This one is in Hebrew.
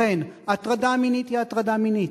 לכן, הטרדה מינית היא הטרדה מינית,